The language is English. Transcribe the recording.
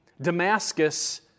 Damascus